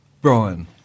Brian